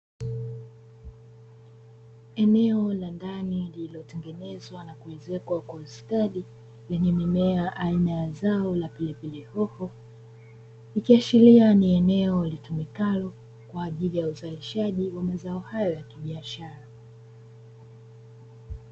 Eneo la ndani lililotengenezwa na kuezekwa kwa ustadi, lenye mimea aina ya zao la pilipili hoho, ikiashiria ni eneo litumikalo kwa ajili ya uzalishaji wa mazao hayo ya kibiashara.